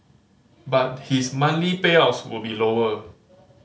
but his monthly payouts will be lower